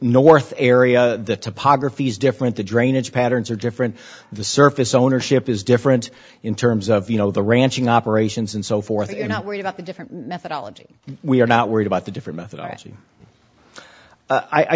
north area the topography is different the drainage patterns are different the surface ownership is different in terms of you know the ranching operations and so forth and i worry about the different methodology we are not worried about the different